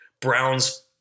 Browns